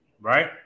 right